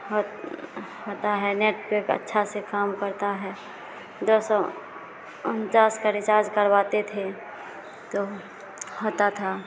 होता होता है नेट पेक अच्छा से काम करता है दो सौ उनचास का रिचार्ज करवाते थे तो होता था